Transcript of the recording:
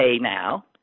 now